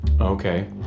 Okay